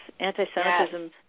anti-Semitism